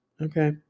okay